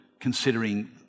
considering